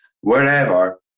wherever